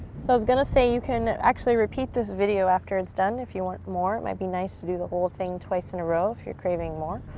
so i was gonna say you can actually repeat this video after it's done if you want more. it might be nice to do the whole thing twice in a row if you're craving more,